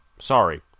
sorry